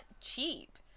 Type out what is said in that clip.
cheap